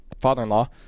father-in-law